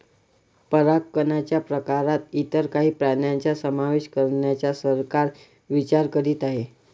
परागकणच्या प्रकारात इतर काही प्राण्यांचा समावेश करण्याचा सरकार विचार करीत आहे